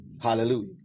Hallelujah